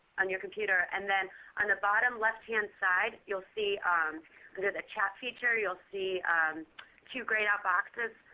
on your computer. and then on the bottom left-hand side you'll see that there's a chat feature. you'll see two grayed-out boxes.